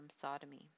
sodomy